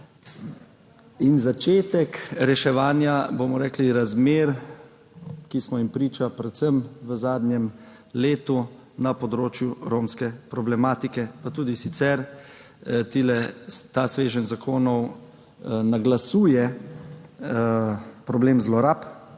in začetek reševanja, bomo rekli razmer, ki smo jim priča predvsem v zadnjem letu na področju romske problematike. Pa tudi sicer ta sveženj zakonov naslavlja problem zlorab